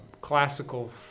classical